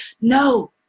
No